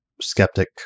skeptic